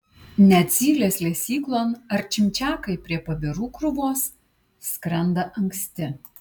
net zylės lesyklon ar čimčiakai prie pabirų krūvos skrenda anksti